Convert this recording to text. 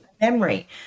memory